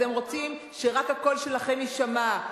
אתם רוצים שרק הקול שלכם יישמע.